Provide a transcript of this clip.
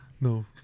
no